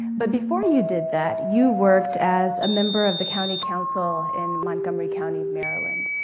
but before you did that, you worked as a member of the county council in montgomery county, maryland.